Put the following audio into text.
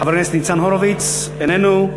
חבר הכנסת ניצן הורוביץ, איננו.